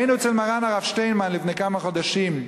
היינו אצל מרן הרב שטיינמן לפני כמה חודשים,